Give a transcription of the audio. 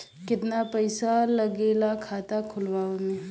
कितना पैसा लागेला खाता खोलवावे में?